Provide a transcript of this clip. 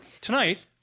Tonight